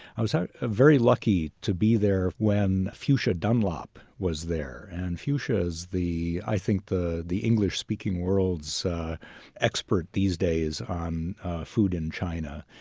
i was ah ah very lucky to be there when fuchsia dunlop was there. and fuchsia is, i think, the the english-speaking world's expert these days on food in china.